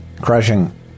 crushing